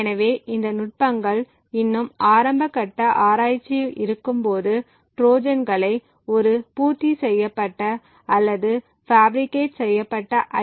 எனவே இந்த நுட்பங்கள் இன்னும் ஆரம்ப கட்ட ஆராய்ச்சியில் இருக்கும்போது ட்ரோஜான்களை ஒரு பூர்த்தி செய்யப்பட்ட அல்லது பாஃபிரிகேட் செய்யப்பட்ட ஐ